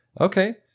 okay